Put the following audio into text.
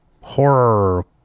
horror